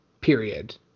period